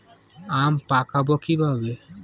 আম পাকাবো কিভাবে?